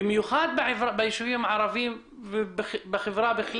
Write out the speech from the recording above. בחברה בכלל ובישובים הערבים,